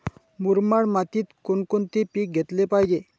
मुरमाड मातीत कोणकोणते पीक घेतले पाहिजे?